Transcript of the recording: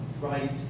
right